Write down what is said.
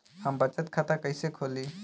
हम बचत खाता कइसे खोलीं?